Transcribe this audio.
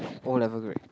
O-level grade